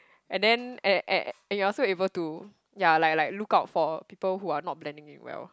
and then a~ a~ and you are also able to like like look out for people who are not blending in well